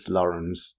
Lawrence 》 《 ี